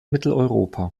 mitteleuropa